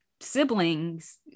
siblings